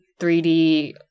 3D